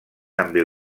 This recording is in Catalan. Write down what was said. també